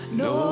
no